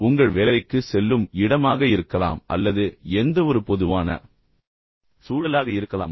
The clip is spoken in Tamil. அல்லது உங்கள் வேலைக்கு செல்லும் இடமாக இருக்கலாம் அல்லது எந்தவொரு பொதுவான சூழலாக இருக்கலாம்